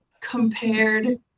compared